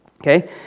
okay